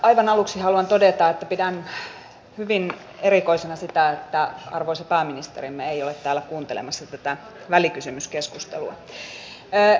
aivan aluksi haluan todeta että pidän hyvin erikoisena sitä että arvoisa pääministerimme ei ole täällä kuuntelemassa tätä välikysymyskeskustelua